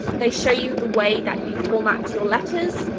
they show you the way that you format your letters.